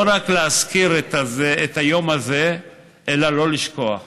לא רק להזכיר את היום הזה, אלא לא לשכוח.